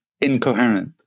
incoherent